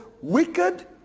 wicked